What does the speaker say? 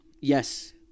Yes